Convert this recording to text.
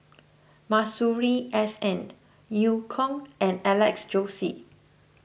Masuri S N Eu Kong and Alex Josey